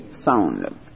sound